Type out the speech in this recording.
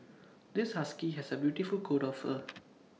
this husky has A beautiful coat of fur